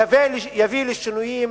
יביא לשינויים